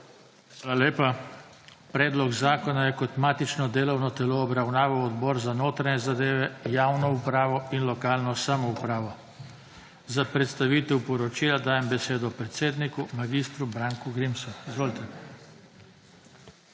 Hvala lepa. Predlog zakona je kot matično delovno telo obravnaval Odbor za notranje zadeve, javno upravo in lokalno samoupravo. Za predstavitev poročila odbora dajem besedo predsedniku, mag. Branku Grimsu. **MAG.